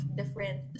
different